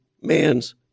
man's